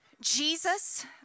Jesus